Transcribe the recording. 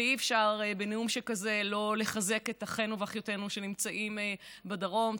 ואי-אפשר בנאום שכזה לא לחזק את אחינו ואחיותינו שנמצאים בדרום,